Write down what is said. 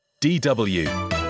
DW